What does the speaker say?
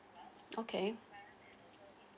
okay